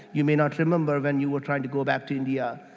you may not remember when you were trying to go back to india,